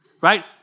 Right